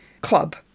club